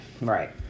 Right